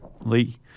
Lee